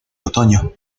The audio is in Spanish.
otoño